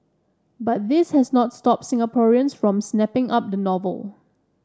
but this has not stopped Singaporeans from snapping up the novel